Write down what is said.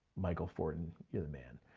michel fortin, you're the man.